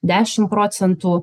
dešimt procentų